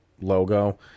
logo